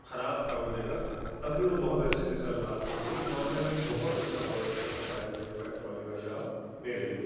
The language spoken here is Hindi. ख़राब था वो जगह तब भी वो बहुत अच्छे से चल रहा था तो इस मामले में बहुत अच्छा प्रोडक्ट था सफ़ारी का जो बैग ट्रॉली बैग रहा मेरे लिए